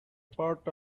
part